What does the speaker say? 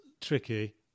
tricky